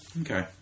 Okay